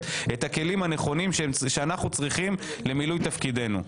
את הכלים הנכונים שאנחנו צריכים למילוי תפקידנו.